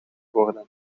worden